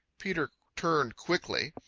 peter turned quickly.